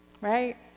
Right